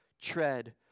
tread